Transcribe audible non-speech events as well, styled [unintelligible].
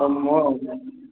[unintelligible]